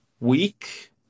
week